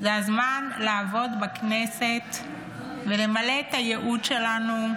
זה הזמן לעבוד בכנסת ולמלא את הייעוד שלנו,